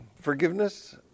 forgiveness